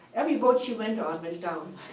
every boat she went on went down.